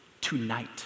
tonight